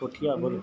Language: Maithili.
पोठिआ बोलू